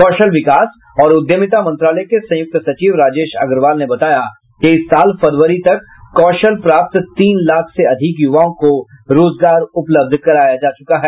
कौशल विकास और उद्यमिता मंत्रालय के संयुक्त सचिव राजेश अग्रवाल ने बताया कि इस साल फरवरी तक कौशल प्राप्त तीन लाख से अधिक युवाओं को रोजगार उपलब्ध कराया जा चुका है